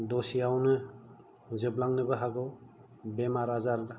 दसेआवनो जोबलांनोबो हागौ बेमार आजार